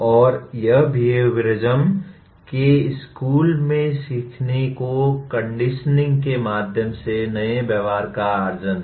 और यहां बेहविओरिसम के स्कूल में सीखने को कंडीशनिंग के माध्यम से नए व्यवहार का अर्जन है